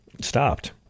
stopped